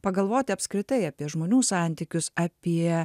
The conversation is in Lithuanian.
pagalvoti apskritai apie žmonių santykius apie